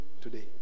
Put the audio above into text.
today